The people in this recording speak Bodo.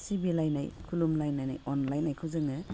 सिबिलायनाय खुलुमलायनानै अनलायनायखौ जोङो